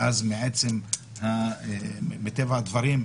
ואז מטבע הדברים,